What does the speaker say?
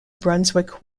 brunswick